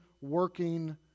working